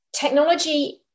Technology